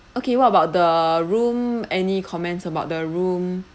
okay what about the room any comments about the room